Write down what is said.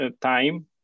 time